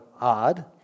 odd